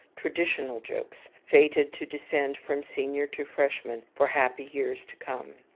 traditional jokes, fated to descend from senior to freshman for happy years to come.